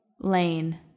lane